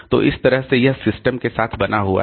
तो इस तरह से यह सिस्टम के साथ बना हुआ है